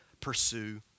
pursue